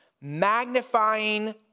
magnifying